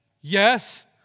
Yes